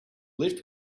lift